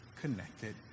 connected